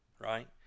right